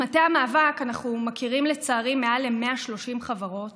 במטה המאבק אנחנו מכירים, לצערי, מעל ל-130 חברות